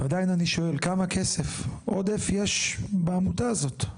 ועדיין אני שואל, כמה כסף עודף יש בעמותה הזאת?